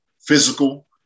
physical